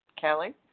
kelly